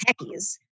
techies